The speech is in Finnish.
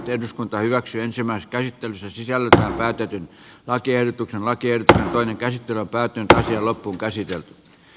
eduskunta hyväksyy ensimmäistä joten sen sisältö päätetyn lakiehdotuksen voi kieltää toinen käsittely on päättynyt ja loppuunkäsitelty